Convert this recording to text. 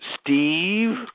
Steve